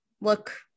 look